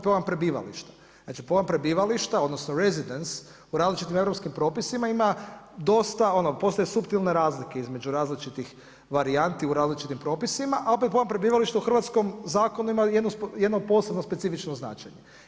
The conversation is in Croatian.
Pojam prebivališta, znači pojam prebivališta odnosno residence u različitim europskim propisima ima dosta, ono postoje suptilne razlike između različitih varijanti u različitim propisima a opet pojam prebivališta u hrvatskom zakonu ima jedno posebno specifično značenje.